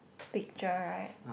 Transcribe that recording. picture right